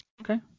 okay